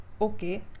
Okay